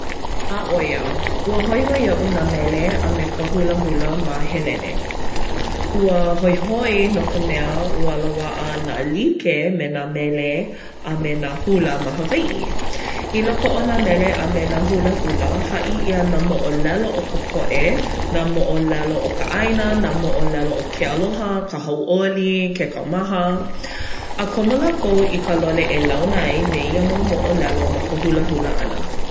ʻĀ ʻo ia. Ua hoihoi iaʻu nā mele a me ka hulahula ma Helene. Ua hoihoi no ka mea ua loaʻa nā like me nā mele a me nā hula ma Hawaiʻi. I loko o nā mele a me nā hulahula, haʻi ʻia nā moʻolelo o ka poʻe, nā moʻolelo o ka ʻāina, nā moʻolelo o ke aloha, ka hauʻoli, ke kaumaha. A komo lākou i ka lole e launa ai me ia mau moʻolelo ma ka hulahula ʻana.